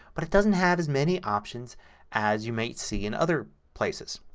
but it doesn't have as many options as you might see in other places.